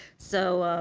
so,